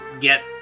get